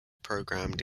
programmed